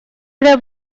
эрэ